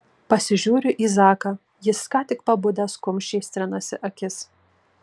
pasižiūriu į zaką jis ką tik pabudęs kumščiais trinasi akis